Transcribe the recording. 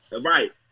Right